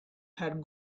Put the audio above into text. had